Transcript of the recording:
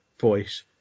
voice